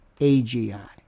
AGI